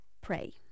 pray